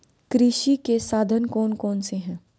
कृषि के साधन कौन कौन से हैं?